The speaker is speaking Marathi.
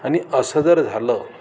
आणि असं जर झालं